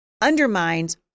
undermines